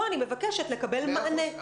פה אני מבקשת לקבל מענה.